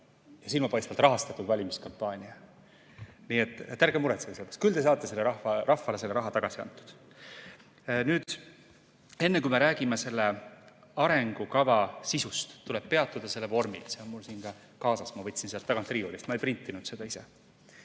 ja silmapaistvalt rahastatud valimiskampaania. Nii et ärge muretsege, küll te saate rahvale selle raha tagasi antud. Enne, kui räägime selle arengukava sisust, tuleb peatuda selle vormil. See kava on mul siin kaasas, ma võtsin selle sealt tagant riiulilt, ma ei printinud seda ise.